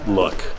look